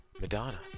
Madonna